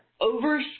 over